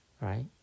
Right